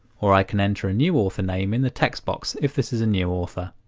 or i can enter a new author name in the text box if this is a new author.